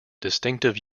distinctive